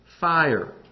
fire